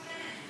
מה זה נותן?